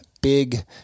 big